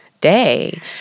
day